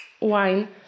wine